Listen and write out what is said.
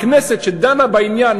הכנסת שדנה בעניין,